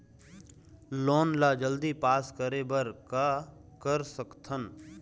Loan ला जल्दी pass करे बर का कर सकथन?